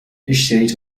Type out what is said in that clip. اشتريت